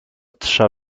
trza